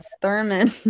thurman